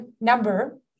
number